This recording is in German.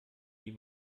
die